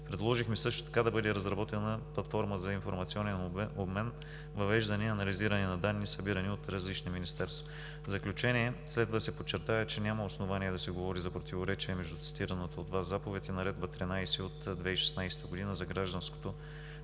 Предложихме също така да бъде разработена платформа за информационен обмен, въвеждане и анализиране на данни, събирани от различни министерства. В заключение следва да се подчертае, че няма основания да се говори за противоречие между цитираната от Вас заповед и Наредба № 13 от 2016 г. за гражданското,